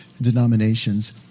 denominations